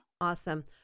Awesome